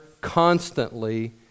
constantly